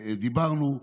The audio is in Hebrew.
דיברנו,